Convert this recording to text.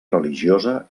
religiosa